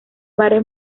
bares